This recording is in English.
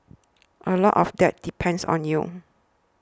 a lot of that depends on you